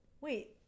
Wait